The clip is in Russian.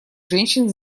женщин